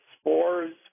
spores